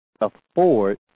afford